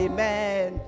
Amen